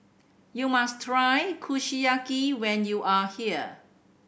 you must try Kushiyaki when you are here